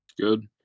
Good